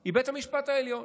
היא בית המשפט העליון.